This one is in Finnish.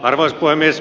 arvoisa puhemies